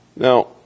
Now